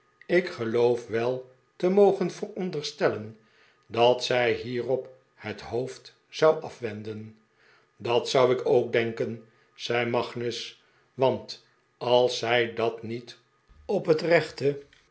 ik geloof wel te mogen veronderstellen dat zij hierop het hoofd zou afwenden dat zou ik ook denken zei magnus want als zij dat niet op het rechte